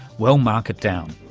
well, mark it down.